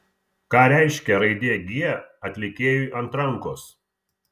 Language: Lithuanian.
ką reiškia raidė g atlikėjui ant rankos